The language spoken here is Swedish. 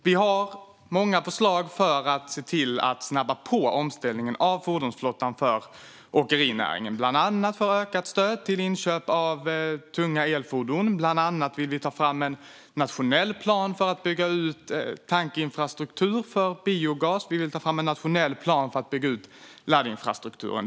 Vi har många förslag som ska se till att snabba på omställningen av fordonsflottan för åkerinäringen, bland annat ökat stöd för inköp av tunga elfordon och framtagandet av nationella planer för att bygga ut tankinfrastruktur för biogas och laddinfrastruktur.